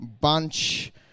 bunch